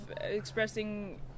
expressing